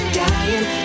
dying